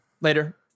later